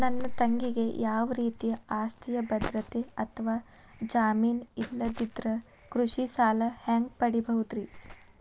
ನನ್ನ ತಂಗಿಗೆ ಯಾವ ರೇತಿಯ ಆಸ್ತಿಯ ಭದ್ರತೆ ಅಥವಾ ಜಾಮೇನ್ ಇಲ್ಲದಿದ್ದರ ಕೃಷಿ ಸಾಲಾ ಹ್ಯಾಂಗ್ ಪಡಿಬಹುದ್ರಿ?